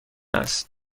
است